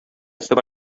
super